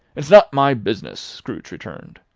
it's not my business, scrooge returned.